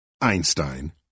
Einstein